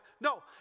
No